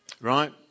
right